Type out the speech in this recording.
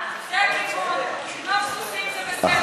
לגנוב סוסים ביחד, אה?